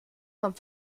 vom